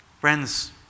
Friends